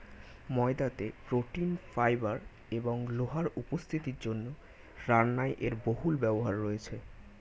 ময়দাতে protein, fibre এবং লোহার উপস্থিতির জন্য রান্নায় এর বহুল ব্যবহার রয়েছে